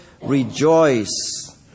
rejoice